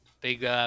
Big